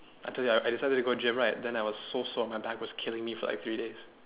I told you I decided to go gym right then I was so sore my back was killing me for like three days